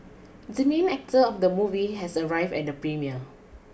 the main actor of the movie has arrived at the premiere